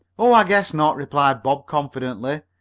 oh, i guess not, replied bob confidently.